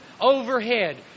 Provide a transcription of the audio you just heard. overhead